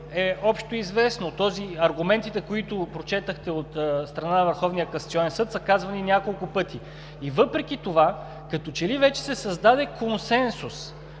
е общоизвестно. Аргументите, които прочетохте от страна на Върховния касационен съд, са казвани няколко пъти и въпреки това, като че ли вече се създаде консенсус